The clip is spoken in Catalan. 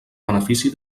benefici